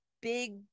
big